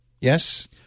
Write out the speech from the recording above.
Yes